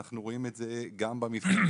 אנחנו רואים את זה גם במפעלים,